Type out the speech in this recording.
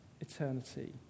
eternity